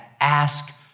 ask